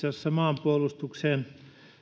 jossa maanpuolustukseen